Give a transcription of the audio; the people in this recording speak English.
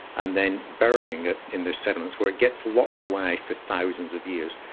and then burying it in the sediments where it gets locked away for thousands of years.